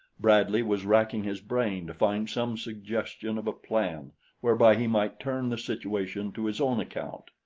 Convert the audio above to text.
bradley was racking his brain to find some suggestion of a plan whereby he might turn the situation to his own account.